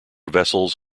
vessels